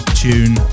tune